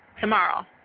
tomorrow